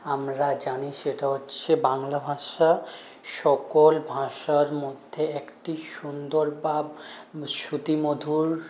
আমরা জানি সেটা হচ্ছে বাংলা ভাষা সকল ভাষার মধ্যে একটি সুন্দর বা শ্রুতিমধুর